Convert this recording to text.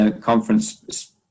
conference